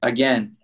Again